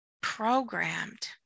programmed